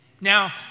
Now